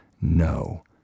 no